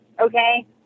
okay